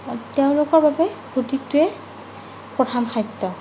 তেওঁলোকৰ বাবে ৰুটিটোৱে প্ৰথম খাদ্য